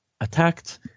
attacked